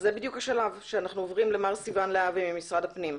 אז זה בדיוק השלב שאנחנו עוברים למר סיון להבי ממשרד הפנים.